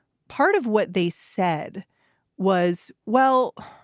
part of what they said was, well,